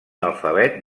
alfabet